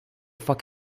fuck